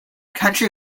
country